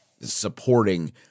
supporting